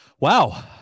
Wow